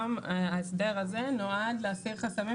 ההסדר הזה היום נועד להסיר חסמים,